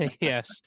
yes